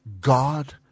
God